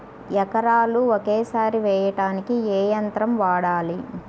ఎకరాలు ఒకేసారి వేయడానికి ఏ యంత్రం వాడాలి?